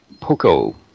Poco